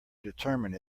determine